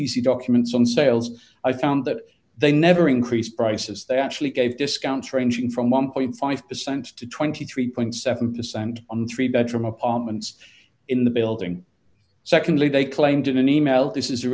the documents on sales i found that they never increased prices they actually gave discounts ranging from one point five percent to twenty three seven percent on three bedroom apartments in the building secondly they claimed in an email this is